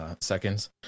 seconds